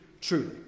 truly